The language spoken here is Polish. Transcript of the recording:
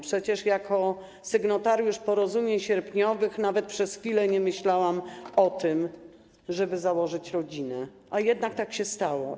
Przecież jako sygnatariusz porozumień sierpniowych nawet przez chwilę nie myślałam o tym, żeby założyć rodzinę, a jednak tak się stało.